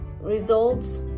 results